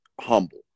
humble